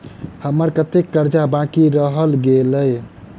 हम्मर कत्तेक कर्जा बाकी रहल गेलइ?